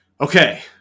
Okay